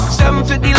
750